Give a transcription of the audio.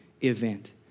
event